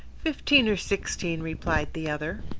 fifteen or sixteen, replied the other.